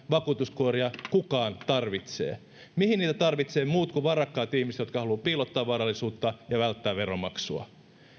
vakuutuskuoria kukaan tarvitsee mihin niitä tarvitsevat muut kuin varakkaat ihmiset jotka haluavat piilottaa varallisuutta ja välttää veronmaksua